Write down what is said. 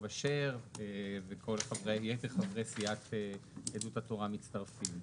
אשר ויתר חברי סיעת יהדות התורה מצטרפים.